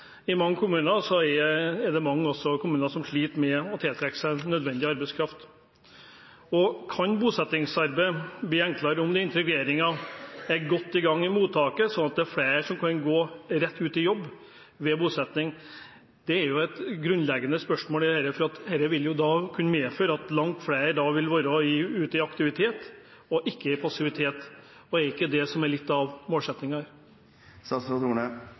i mange kommuner er det også mange kommuner som sliter med å tiltrekke seg nødvendig arbeidskraft. Kan bosettingsarbeidet bli enklere om integreringen er godt i gang i mottaket, sånn at det er flere som kan gå rett ut i jobb ved bosetting? Det er et grunnleggende spørsmål. Dette vil kunne medføre at langt flere da vil være ute i aktivitet og ikke være passive. Er det ikke det som er litt av